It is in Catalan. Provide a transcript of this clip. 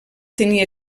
tenia